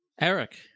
Eric